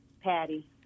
Patty